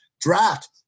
draft